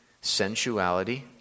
sensuality